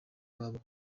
babo